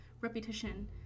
repetition